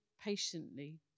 patiently